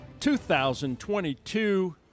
2022